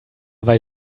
weil